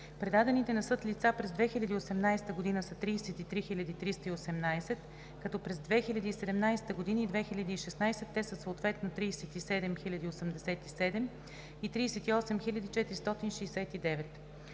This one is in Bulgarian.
Предадените на съд лица през 2018 г. са 33 318, като през 2017 г. и 2016 г. те са съответно 37 087 и 38 469.